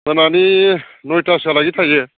मोनानि नयथासोआलागै थायो